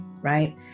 right